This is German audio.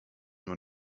nur